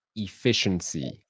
efficiency